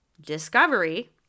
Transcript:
discovery